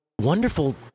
wonderful